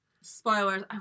spoilers